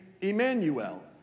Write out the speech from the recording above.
Emmanuel